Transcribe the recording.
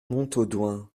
montaudoin